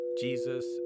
Jesus